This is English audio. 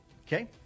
Okay